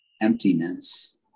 emptiness